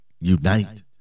unite